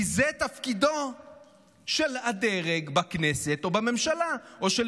כי זה תפקידו של הדרג בכנסת או בממשלה,